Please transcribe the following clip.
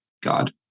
God